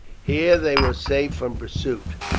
here they were safe from pursuit.